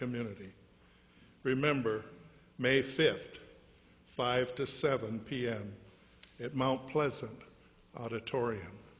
community remember may fifth five to seven p m at mount pleasant auditorium